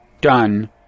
done